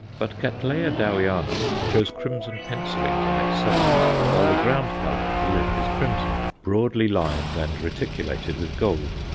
but cattleya dowiana shows crimson pencillings on its sepals, while the ground colour of the lip is crimson, broadly lined and reticulated with gold.